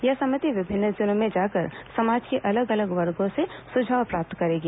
यह समिति विभिन्न जिलों में जाकर समाज के अलग अलग वर्गों से सुझाव प्राप्त करेगी